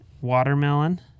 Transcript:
watermelon